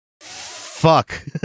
fuck